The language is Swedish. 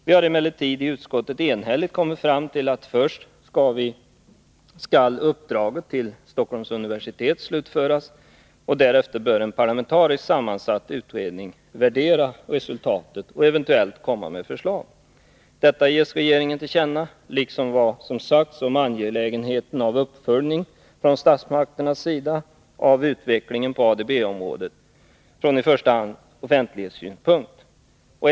Vi har emellertid i utskottet enhälligt kommit fram till att först skall uppdraget till Stockholms universitet slutföras, och därefter bör en parlamentariskt sammansatt utredning värdera resultatet och eventuellt framlägga förslag. Detta ges regeringen till känna, liksom vad som har sagts om angelägenheten av en uppföljning från statsmakternas sida av utvecklingen på ADB-området från i första hand offentlighetssynpunkt.